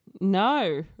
No